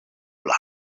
pla